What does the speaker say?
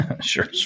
sure